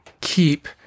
keep